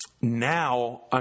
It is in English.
Now